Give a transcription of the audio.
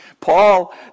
Paul